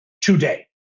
today